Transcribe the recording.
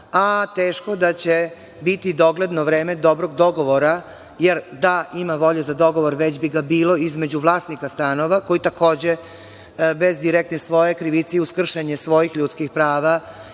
a teško da će biti u dogledno vreme dobrog dogovora, jer da ima volju za dogovor već bi ga bilo između vlasnika stanova, koji takođe bez direktne svoje krivice i uz kršenje svojih ljudskih prava,